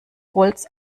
holz